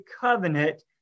covenant